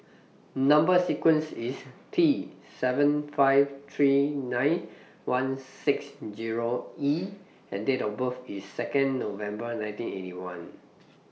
Number sequence IS T seven five three nine one six Zero E and Date of birth IS Second November nineteen Eighty One